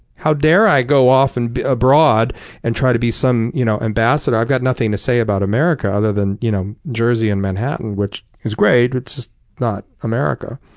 how dare i go off and abroad and try to be some you know ambassador? i've got nothing to say about america other than you know jersey and manhattan. which is great, it's just not america.